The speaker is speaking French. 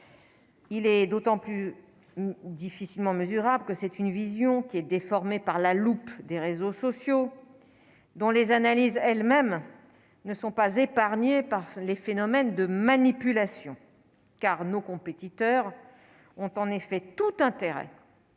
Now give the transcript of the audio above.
Il est d'autant plus difficilement mesurable, que c'est une vision qui est déformé par la loupe des réseaux sociaux dont les analyses elles-mêmes ne sont pas épargnés par les phénomènes de manipulation car nos compétiteurs ont en effet tout intérêt